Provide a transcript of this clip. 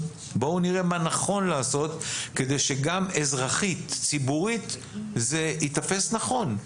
בואו נראה מה נכון לעשות כדי שגם אזרחית-ציבורית זה ייתפס נכון,